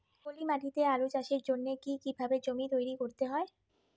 পলি মাটি তে আলু চাষের জন্যে কি কিভাবে জমি তৈরি করতে হয়?